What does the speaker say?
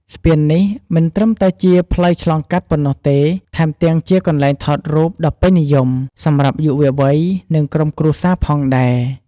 ស្ពាននេះមិនត្រឹមតែជាផ្លូវឆ្លងកាត់ប៉ុណ្ណោះទេ ថែមទាំងជាកន្លែងថតរូបដ៏ពេញនិយម សម្រាប់យុវវ័យ និងក្រុមគ្រួសារផងដែរ។